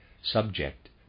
subject